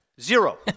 Zero